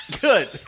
Good